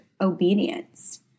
obedience